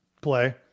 play